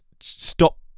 stop